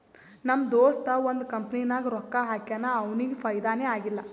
ನಮ್ ದೋಸ್ತ ಒಂದ್ ಕಂಪನಿನಾಗ್ ರೊಕ್ಕಾ ಹಾಕ್ಯಾನ್ ಅವ್ನಿಗ ಫೈದಾನೇ ಆಗಿಲ್ಲ